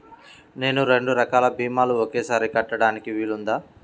నేను రెండు రకాల భీమాలు ఒకేసారి కట్టడానికి వీలుందా?